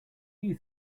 you